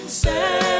Say